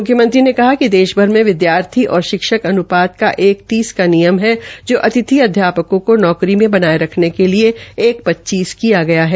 मुख्यमंत्री ने कहा है कि देशभर में शिक्षा और शिक्षक अनुपात का एक तीस का नियम है जो अतिथि को नौकरी मे बनाये रखने के लिए एक पच्चीस किया गया है